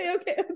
okay